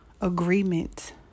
agreement